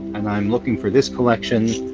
and i'm looking for this collection,